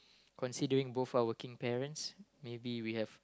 considering both are working parents maybe we have